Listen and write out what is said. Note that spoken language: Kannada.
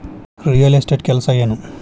ರಿಯಲ್ ಎಸ್ಟೇಟ್ ಕೆಲಸ ಏನು